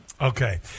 Okay